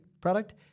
product